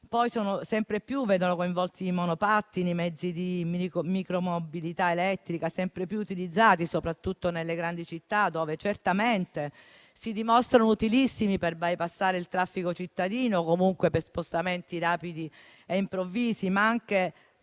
incidenti sempre più vedono coinvolti monopattini e mezzi di micromobilità elettrica, sempre più utilizzati soprattutto nelle grandi città, dove certamente si dimostrano utilissimi per bypassare il traffico cittadino o comunque per spostamenti rapidi e improvvisi, ma sono